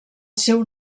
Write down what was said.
seu